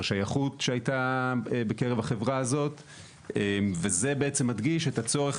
שייכות שהיתה בקרב החברה הזאת וזה בעצם מדגיש את הצורך